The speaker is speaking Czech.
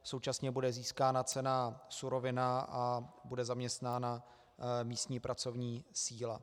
Současně bude získána cena surovina a bude zaměstnána místní pracovní síla.